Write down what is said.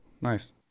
nice